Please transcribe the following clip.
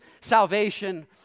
salvation